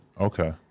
Okay